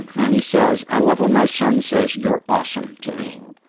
and he says, i love when my son says you're awesome to me.